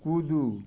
कूदू